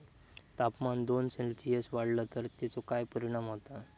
तापमान दोन सेल्सिअस वाढला तर तेचो काय परिणाम होता?